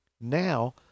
Now